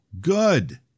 Good